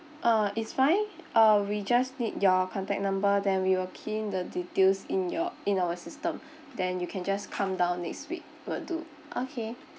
uh it's fine uh we just need your contact number then we will key in the details in your in our system then you can just come down next week will do okay